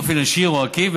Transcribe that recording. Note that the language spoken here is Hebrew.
באופן ישיר או עקיף,